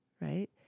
Right